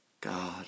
God